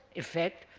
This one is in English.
effect,